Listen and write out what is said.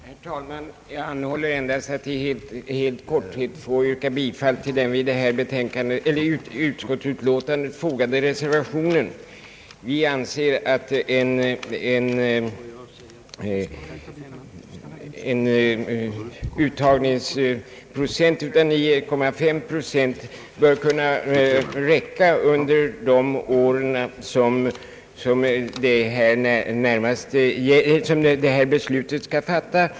Herr talman! Jag anhåller att i all korthet få yrka bifall till den vid andra lagutskottets utlåtande nr 45 fogade reservationen. Vi anser att en uttagningsprocent av 9,3 bör vara till fyllest under de år som beslutet skall omfatta.